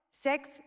Sex